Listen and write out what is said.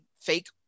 fake